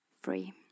free